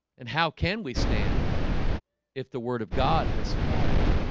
and how can we stand if the word of god has fallen